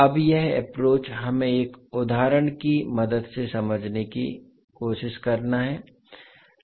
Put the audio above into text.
अब यह एप्रोच हमें एक उदाहरण की मदद से समझने की कोशिश करता है